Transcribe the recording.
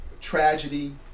tragedy